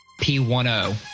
P10